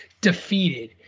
defeated